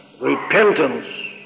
Repentance